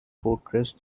fortress